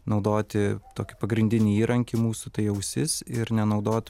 naudoti tokį pagrindinį įrankį mūsų tai ausis ir nenaudot